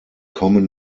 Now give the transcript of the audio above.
kommen